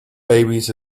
babies